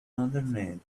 underneath